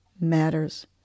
matters